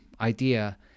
idea